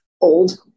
old